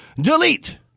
Delete